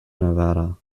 nevada